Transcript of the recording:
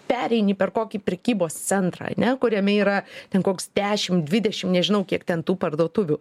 pereini per kokį prekybos centrą ar ne kuriame yra ten koks dešimt dvidešimt nežinau kiek ten tų parduotuvių